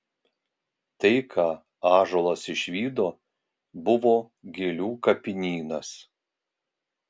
tai ką ąžuolas išvydo buvo gėlių kapinynas